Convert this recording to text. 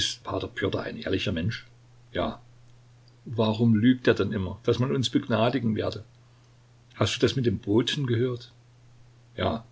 ist p pjotr ein ehrlicher mensch ja warum lügt er dann immer daß man uns begnadigen werde hast du das mit dem boten gehört ja